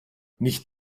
nicht